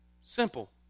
Simple